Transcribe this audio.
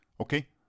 Okay